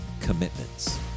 commitments